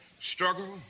struggle